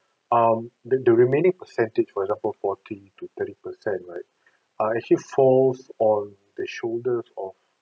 um the the remaining percentage for example forty to thirty percent right err actually falls on the shoulders of